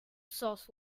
sauce